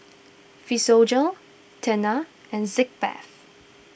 Physiogel Tena and Sitz Bath